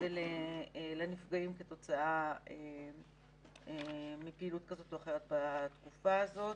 ועל נפגעים כתוצאה מפעילות כזאת או אחרת בתקופה הזאת.